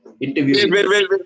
Interview